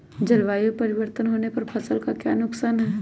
जलवायु परिवर्तन होने पर फसल का क्या नुकसान है?